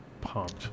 pumped